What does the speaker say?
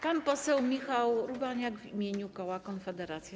Pan poseł Michał Urbaniak w imieniu koła Konfederacja.